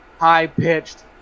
high-pitched